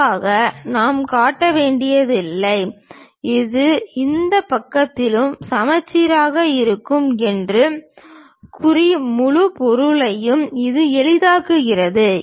இதற்காக நாம் காட்ட வேண்டியதில்லை இது இந்த பக்கத்திலும் சமச்சீராக இருக்கும் என்று கூறி முழு பொருளையும் இது எளிதாக்குகிறது